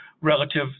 relative